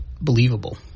believable